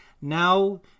Now